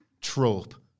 trope